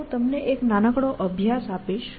હવે હું તમને એક નાનકડો અભ્યાસ આપીશ